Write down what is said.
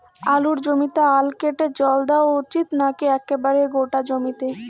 আলুর জমিতে আল কেটে জল দেওয়া উচিৎ নাকি একেবারে গোটা জমিতে?